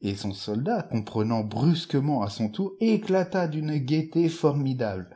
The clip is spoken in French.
et son soldat comprenant brusquement à son tour éclata d'une gaieté formidable